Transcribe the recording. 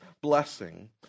blessing